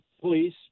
police